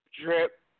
drip